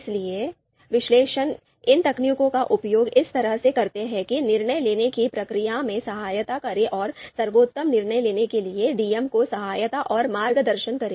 इसलिए विश्लेषक इन तकनीकों का उपयोग इस तरह से करते हैं कि निर्णय लेने की प्रक्रिया में सहायता करें और सर्वोत्तम निर्णय लेने के लिए डीएम को सहायता और मार्गदर्शन करें